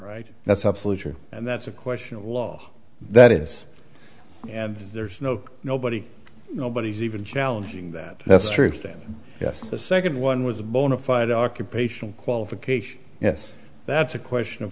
right that's absolutely true and that's a question of law that is and there's no nobody nobody's even challenging that that's true standing yes the second one was a bona fide occupational qualification yes that's a question of